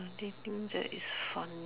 anything that is fun